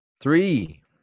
Three